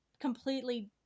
completely